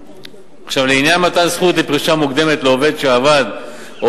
לעניין מתן זכות לפרישה מוקדמת לעובד שעבד או